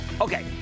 Okay